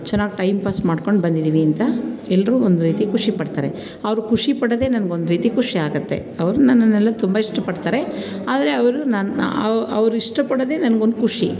ಚೆನ್ನಾಗಿ time pass ಮಾಡ್ಕೊಂಡು ಬಂದಿದ್ದೀವಿ ಅಂತ ಎಲ್ಲರೂ ಒಂದು ರೀತಿ ಖುಷಿ ಪಡ್ತಾರೆ ಅವರು ಖುಷಿ ಪಡೋದೆ ನನ್ಗೊಂದು ರೀತಿ ಖುಷಿಯಾಗುತ್ತೆ ಅವರು ನನ್ನನ್ನೆಲ್ಲ ತುಂಬ ಇಷ್ಟಪಡ್ತಾರೆ ಆದರೆ ಅವರು ನನ್ನ ಅವರು ಇಷ್ಟಪಡೋದೆ ನನ್ಗೊಂದು ಖುಷಿ